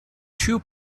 two